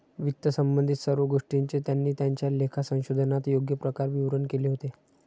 वित्तसंबंधित सर्व गोष्टींचे त्यांनी त्यांच्या लेखा संशोधनात योग्य प्रकारे विवरण केले होते